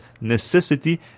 necessity